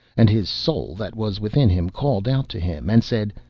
and his soul that was within him called out to him and said,